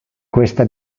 questa